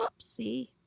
Oopsie